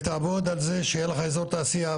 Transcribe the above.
ותעבוד על זה שיהיה לך אזור תעשייה,